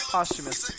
Posthumous